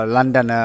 London